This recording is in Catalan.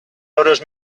euros